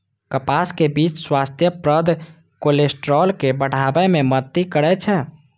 कपासक बीच स्वास्थ्यप्रद कोलेस्ट्रॉल के बढ़ाबै मे मदति करै छै